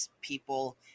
people